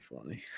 funny